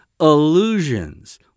illusions